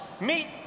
meet